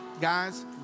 Guys